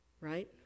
right